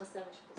חסר אשפוזית.